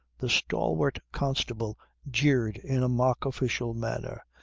the stalwart constable jeered in a mock-official manner.